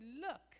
look